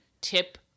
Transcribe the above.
tip